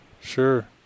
sure